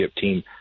team